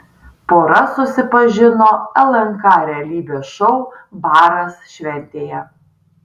pora susipažino lnk realybės šou baras šventėje